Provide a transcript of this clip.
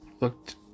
looked